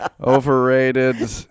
Overrated